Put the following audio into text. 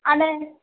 അതെ